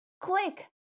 Quick